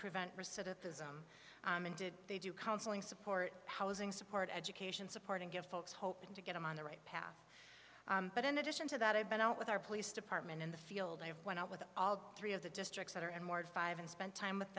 recidivism and did they do counseling support housing support education support and give folks hoping to get them on the right path but in addition to that i've been out with our police department in the field i have went out with all three of the districts that are and more and five and spent time with